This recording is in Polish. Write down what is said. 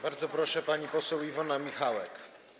Bardzo proszę, pani poseł Iwona Michałek.